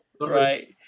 right